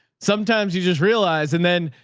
sometimes you just realize and then,